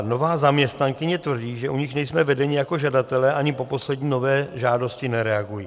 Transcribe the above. Nová zaměstnankyně tvrdí, že u nich nejsme vedeni jako žadatelé, ani po poslední nové žádosti nereagují.